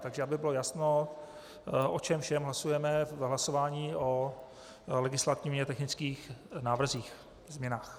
Tak aby bylo jasno, o čem všem hlasujeme v hlasování o legislativně technických návrzích, změnách.